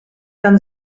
dann